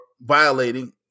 violating